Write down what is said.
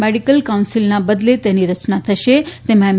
medical કાઉન્સીલના બદલે તેની રચના થશે તેમાં એમ